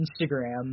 Instagram